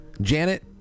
Janet